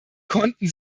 konnten